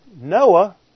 Noah